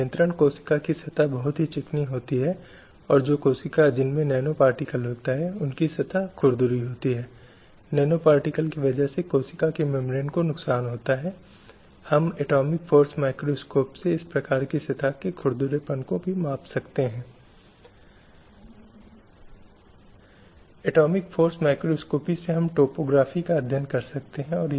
और यह 1979 में संयुक्त राष्ट्र महासभा द्वारा अपनाया गया था और 1993 में भारत द्वारा इसकी पुष्टि की गई थी इसलिए भारत महिलाओं के खिलाफ सभी प्रकार के भेदभावों को समाप्त करने के लिए इस कन्वेंशन का एक हिस्सा है जिसे हमने प्रसिद्ध CEDAW के रूप में जाना